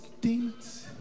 demons